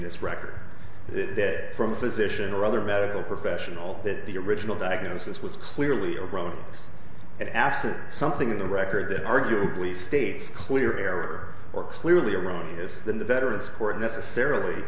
this record that from a physician or other medical professional that the original diagnosis was clearly erroneous and absent something in the record that arguably states clear error or clearly erroneous than the veterans court necessarily